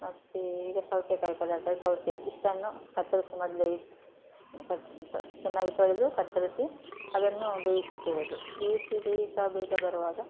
ಮತ್ತು ಈಗ ಸೌತೆಕಾಯಿ ಪದಾರ್ಥ ಸೌತೆ ಇಷ್ಟನ್ನು ಕತ್ತರಿಸಿ ಮೊದಲೇ ಇತ್ತು ಕಟ್ ಚೆನ್ನಾಗಿ ತೊಳೆದು ಕತ್ತರಿಸಿ ಅದನ್ನು ಬೇಯಿಸ್ಲಿಕ್ಕೆ ಇಡೋದು ಬೇಯಿಸಿ ಬೇಯುತಾ ಬೇಯ್ತಾ ಬರುವಾಗ